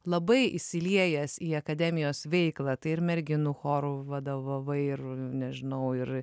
labai įsiliejęs į akademijos veiklą tai ir merginų chorų vadovavai ir nežinau ir